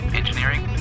engineering